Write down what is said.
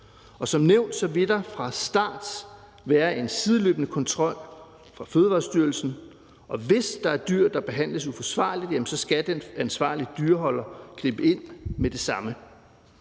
som nævnt vil der fra starten være en sideløbende kontrol fra Fødevarestyrelsens side, og hvis der er dyr, der behandles uforsvarligt, skal den ansvarlige dyreholder gribe ind med det samme.